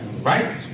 Right